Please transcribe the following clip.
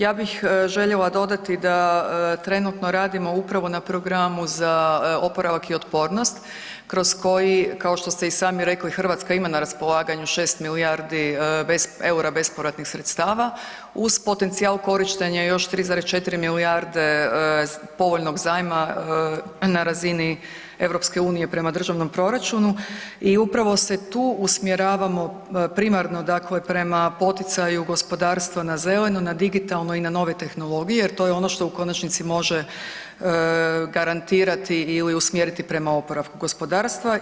Ja bih željela dodati da trenutno radimo upravo na programu za oporavak i otpornost kroz koji kao što ste i sami rekli Hrvatska ima na raspolaganju 6 milijardi EUR-a bespovratnih sredstava uz potencijal korištenja još 3,4 milijarde povoljnog zajma na razini EU prema državnom proračuni i upravo se tu usmjeravamo primarno dakle prema poticaju gospodarstva na zeleno, na digitalno i na nove tehnologije jer to je ono što u konačnici može garantirati ili usmjeriti prema oporavku gospodarstva.